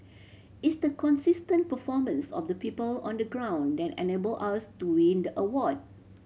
it's the consistent performance of the people on the ground that enabled us to win the award